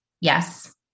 yes